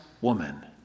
woman